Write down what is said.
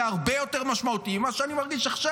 זה הרבה יותר משמעותי ממה שאני מרגיש עכשיו.